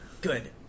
Good